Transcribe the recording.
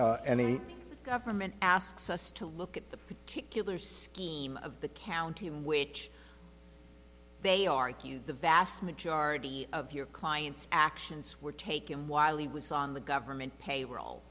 from any government asks us to look at the particular scheme of the county in which they argue the vast majority of your client's actions were taken while he was on the government payroll